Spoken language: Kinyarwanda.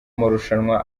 amarushanwa